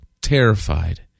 terrified